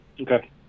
Okay